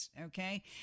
Okay